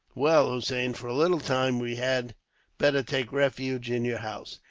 well, hossein, for a little time we had better take refuge in your house.